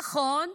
נכון,